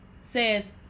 says